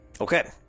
Okay